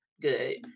good